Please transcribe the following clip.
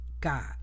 God